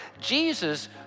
Jesus